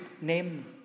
name